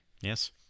Yes